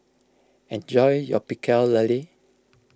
enjoy your Pecel Lele